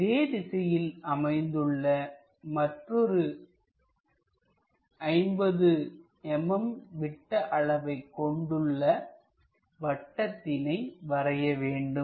இதே திசையில் அமைந்துள்ள மற்றொரு 50 mm விட்ட அளவை கொண்டுள்ள வட்டத்தினை வரைய வேண்டும்